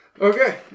Okay